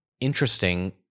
interesting